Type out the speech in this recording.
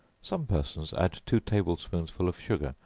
some persons add two table-spoonsful of sugar,